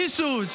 מישהו,